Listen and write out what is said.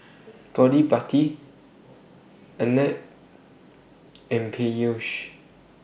Gottipati Arnab and Peyush